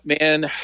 man